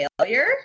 failure